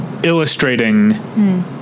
illustrating